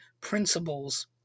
principles